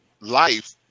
life